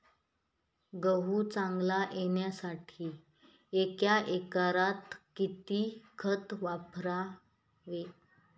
गहू चांगला येण्यासाठी एका एकरात किती खत वापरावे?